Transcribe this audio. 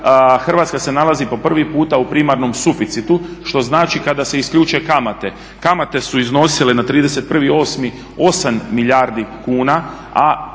Hrvatska se nalazi po prvi puta u primarnom suficitu što znači kada se isključe kamate, kamate su iznosile na 31.8. 8 milijardi kuna, a